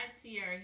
Sierra